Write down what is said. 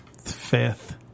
Fifth